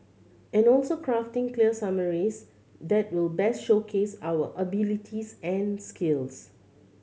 and also crafting clear summaries that will best showcase our abilities and skills